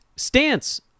Stance